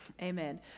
amen